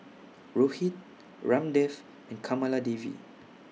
Rohit Ramdev and Kamaladevi